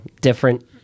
different